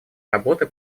работы